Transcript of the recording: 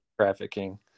trafficking